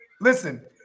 Listen